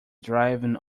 driving